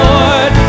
Lord